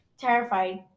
terrified